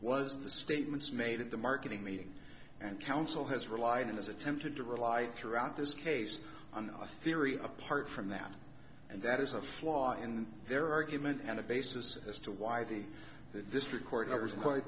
the statements made at the marketing meeting and counsel has relied and has attempted to rely throughout this case on a theory apart from that and that is a flaw in their argument and a basis as to why the the district court i was quite